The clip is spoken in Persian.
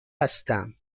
هستم